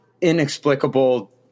inexplicable